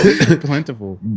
Plentiful